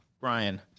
Brian